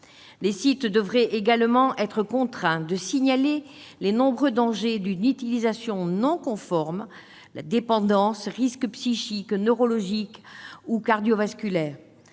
Ces sites devraient également être contraints de signaler les nombreux dangers d'une utilisation non conforme : dépendance, risques psychiques, neurologiques et cardio-vasculaires.